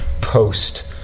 post